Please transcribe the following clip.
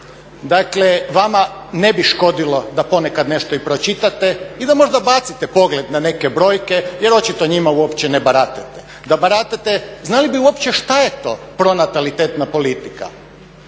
Dakle vama ne bi škodilo da ponekad nešto i pročitate i da možda bacite pogled na neke brojke jer očito njima uopće ne baratate. Da baratate znali bi uopće šta je to pronatalitetna politika,